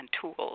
tools